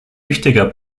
wichtiger